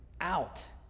out